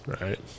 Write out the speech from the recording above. right